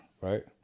right